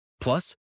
Plus